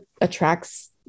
attracts